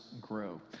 grow